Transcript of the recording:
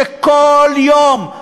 שכל יום,